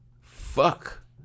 fuck